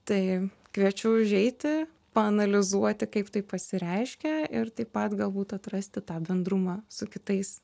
tai kviečiu užeiti paanalizuoti kaip tai pasireiškia ir taip pat galbūt atrasti tą bendrumą su kitais